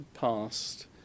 past